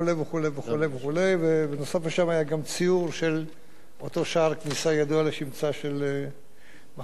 היה שם גם ציור של אותו שער כניסה ידוע לשמצה של מחנה ההשמדה אושוויץ.